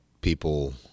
people